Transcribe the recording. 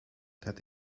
that